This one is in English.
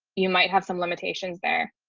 you might have some limitations there.